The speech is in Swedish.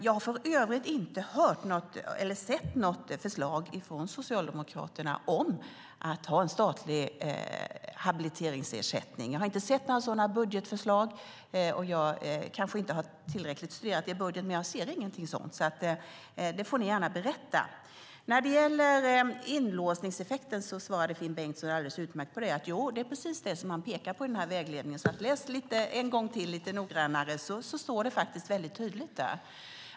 Jag har för övrigt inte hört eller sett något förslag från Socialdemokraterna om en statlig habiliteringsersättning. Jag har inte sett några sådana budgetförslag. Jag har kanske inte har studerat er budget tillräckligt, men jag ser ingenting sådant. Det får ni gärna berätta om. När det gäller inlåsningseffekten svarade Finn Bengtsson alldeles utmärkt på frågan. Det är precis det som man pekar på i vägledningen. Läs en gång till lite noggrannare så ser du att det står tydligt där!